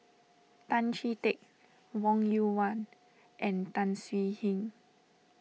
Tan Chee Teck Wong Yoon Wah and Tan Swie Hian